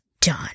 done